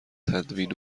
تدوین